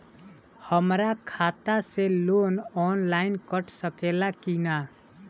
हमरा खाता से लोन ऑनलाइन कट सकले कि न?